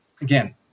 Again